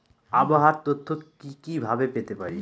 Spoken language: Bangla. আবহাওয়ার তথ্য কি কি ভাবে পেতে পারি?